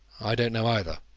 i don't know, either,